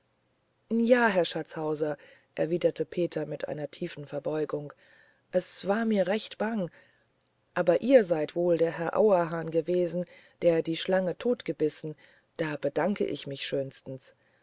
ja herr schatzhauser erwiderte peter mit einer tiefen verbeugung es war mir recht bange aber ihr seid wohl der herr auerhahn gewesen der die schlange totgebissen da bedanke ich mich schönstens